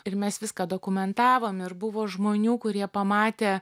ir mes viską dokumentavom ir buvo žmonių kurie pamatę